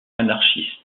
anarchiste